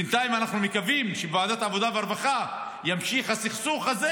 בינתיים אנחנו מקווים שבוועדת העבודה והרווחה יימשך הסכסוך הזה